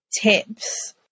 tips